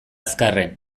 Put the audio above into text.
azkarren